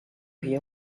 hear